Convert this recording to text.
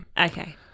Okay